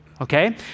okay